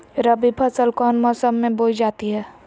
रबी फसल कौन मौसम में बोई जाती है?